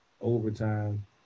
overtime